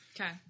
Okay